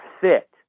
fit